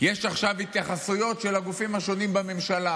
יש עכשיו התייחסויות של הגופים השונים בממשלה,